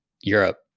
Europe